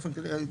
באופן כללי,